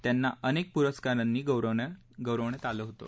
त्यांना अनेक पुरस्कारांनीही गौरवण्यात आलं होतं